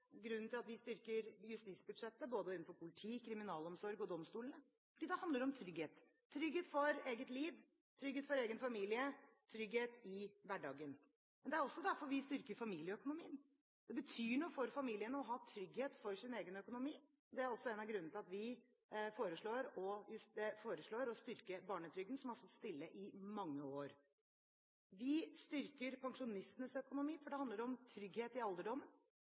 grunnen til at vi styrker justisbudsjettet, både innenfor politi, kriminalomsorg og domstolene. Det handler om trygghet – trygghet for eget liv, trygghet for egen familie, trygghet i hverdagen. Men det er også derfor vi styrker familieøkonomien. Det betyr noe for familien å ha trygghet for sin egen økonomi. Det er også en av grunnene til at vi foreslår å styrke barnetrygden, som har stått stille i mange år. Vi styrker pensjonistenes økonomi, for det handler om trygghet i